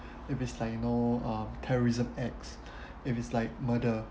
if it's like you know uh terrorism acts if it is like murder